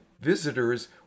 visitors